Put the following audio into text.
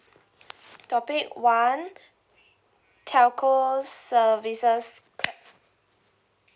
topic one telco services